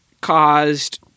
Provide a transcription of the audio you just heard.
caused